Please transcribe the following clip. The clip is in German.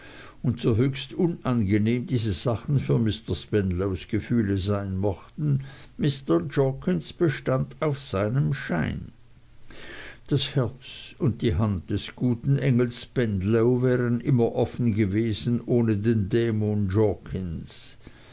und so höchst unangenehm diese sachen für mr spenlows gefühle sein mochten mr jorkins bestand auf seinem schein das herz und die hand des guten engels spenlow wären immer offen gewesen ohne den dämon jorkins